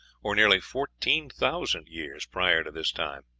or nearly fourteen thousand years prior to this time.